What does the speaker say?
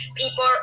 people